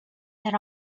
that